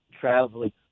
traveling